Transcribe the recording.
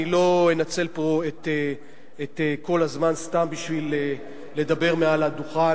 אני לא אנצל פה את כל הזמן סתם בשביל לדבר מעל הדוכן,